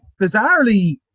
bizarrely